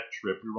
trip